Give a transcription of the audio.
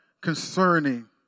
concerning